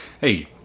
Hey